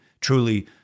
truly